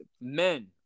men